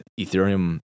Ethereum